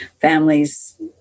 families